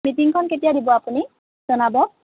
মিটিংখন কেতিয়া দিব আপুনি জনাব